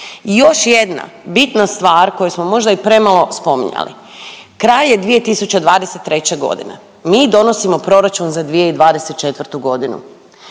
još jedna bitna stvar koju smo možda i premalo spominjali. Kraj je 2023. godine. Mi donosimo proračun za 2024. godinu.